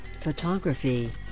photography